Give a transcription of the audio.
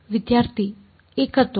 ವಿದ್ಯಾರ್ಥಿ ಏಕತ್ವ